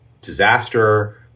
disaster